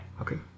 Okay